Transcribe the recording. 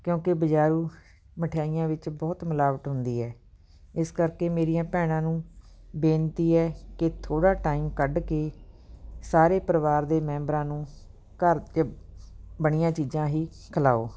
ਕਿਉਂਕਿ ਬਜ਼ਾਰੂ ਮਠਿਆਈਆਂ ਵਿੱਚ ਬਹੁਤ ਮਿਲਾਵਟ ਹੁੰਦੀ ਹੈ ਇਸ ਕਰਕੇ ਮੇਰੀਆਂ ਭੈਣਾਂ ਨੂੰ ਬੇਨਤੀ ਹੈ ਕਿ ਥੋੜ੍ਹਾ ਟਾਈਮ ਕੱਢ ਕੇ ਸਾਰੇ ਪਰਿਵਾਰ ਦੇ ਮੈਂਬਰਾਂ ਨੂੰ ਘਰ 'ਚ ਬਣੀਆਂ ਚੀਜ਼ਾਂ ਹੀ ਖਿਲਾਓ